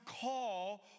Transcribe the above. call